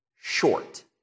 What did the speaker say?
short